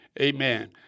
Amen